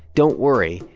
don't worry.